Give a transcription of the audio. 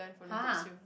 !huh!